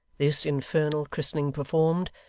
this infernal christening performed,